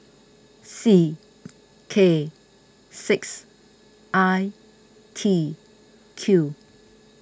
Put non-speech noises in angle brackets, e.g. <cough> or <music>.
<noise> C K six I T Q